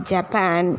Japan